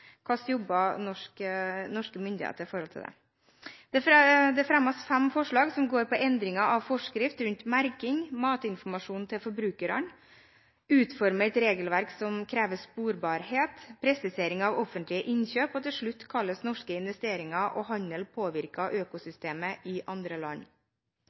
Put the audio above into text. hva næringsministeren nå gjør for å påvirke forordningen som skal vedtas i desember og hvordan norske myndigheter med det. Det fremmes fem forslag som handler om endringer av forskrift for merking, matinformasjon til forbrukerne, utforming av et regelverk som krever sporbarhet av palmeolje, presisering av offentlige innkjøp og til slutt: hvordan norske investeringer og handel